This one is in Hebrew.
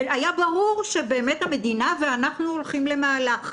והיה ברור שבאמת המדינה ואנחנו הולכים למהלך.